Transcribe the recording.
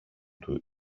του